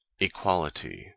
Equality